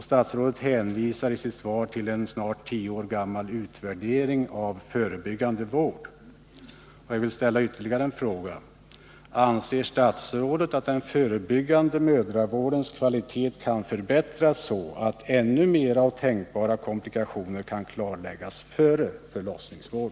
Statsrådet hänvisar också till en snart tio år gammal utvärdering av förebyggande vård.